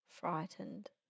frightened